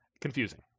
confusing